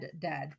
dead